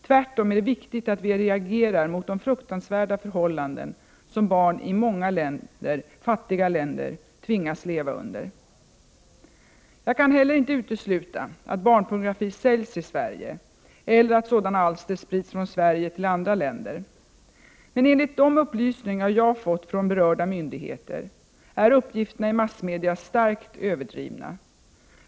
Tvärtom är det viktigt att vi reagerar mot de fruktansvärda förhållanden som barn i många fattiga länder tvingas leva under. Jag kan heller inte utesluta att barnpornografi säljs i Sverige eller att sådana alster sprids från Sverige till andra länder. Men enligt de upplysningar jag fått från berörda myndigheter är uppgifterna i massmedia starkt överdrivna.